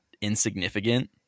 insignificant